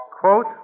quote